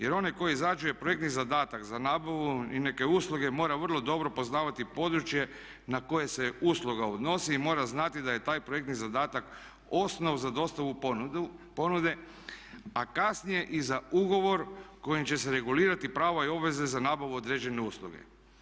Jer onaj tko izrađuje projektni zadatak za nabavu i neke usluge mora vrlo dobro poznavati područje na koje se usluga odnosi i mora znati da je taj projektni zadatak osnov za dostavu ponude, a kasnije i za ugovor kojim će se regulirati prava i obveze za nabavu određene usluge.